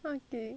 okay